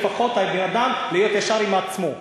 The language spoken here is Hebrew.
לפחות הבן-אדם שיהיה ישר עם עצמו.